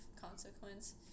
consequence